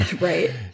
right